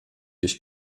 ich